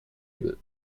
label